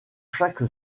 chaque